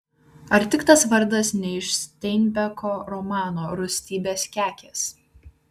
ar tik tas vardas ne iš steinbeko romano rūstybės kekės